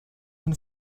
von